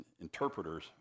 interpreters